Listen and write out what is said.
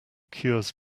cures